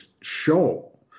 show